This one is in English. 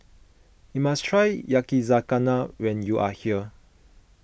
you must try Yakizakana when you are here